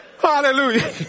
Hallelujah